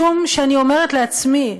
משום שאני אומרת לעצמי,